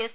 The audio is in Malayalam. എസ്